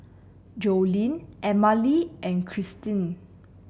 Joline Emmalee and Krystin